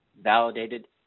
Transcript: validated